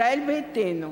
ישראל ביתנו,